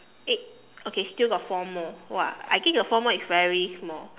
eight okay still got four more !wah! I think the four more is very small